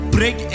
Break